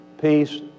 peace